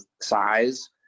size